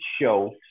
show